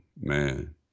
man